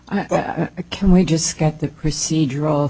i can we just get the procedure all